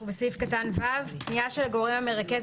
אנחנו בסעיף (ו): פנייה של הגורם המרכז